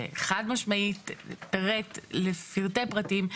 שחד משמעית פירט לפרטי פרטים.